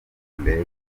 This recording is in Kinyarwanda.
mbere